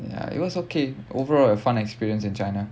ya it was okay overall a fun experience in china